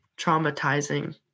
traumatizing